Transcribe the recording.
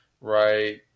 right